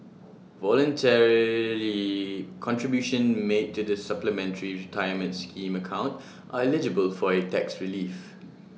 voluntary contributions made to the supplementary retirement scheme account are eligible for A tax relief